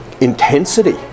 intensity